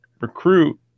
recruit